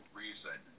reason